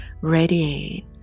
radiate